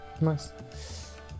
Nice